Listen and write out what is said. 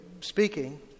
speaking